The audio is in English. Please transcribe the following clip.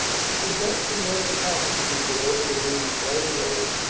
she could dust and run the carpet-sweeper over the rooms right away,